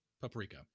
paprika